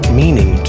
meaning